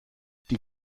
die